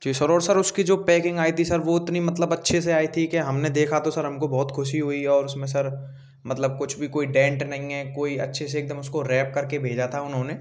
जी sir और sir उसकी जो पैकिंग आई थी सर वो उतनी मतलब अच्छे से आई थी कि हमने देखा तो सर हमको बहुत खुशी हुई और उसमें सर मतलब कुछ भी कोई डेन्ट नहीं है कोई अच्छे से एकदम उसको रैप करके भेजा था उन्होंने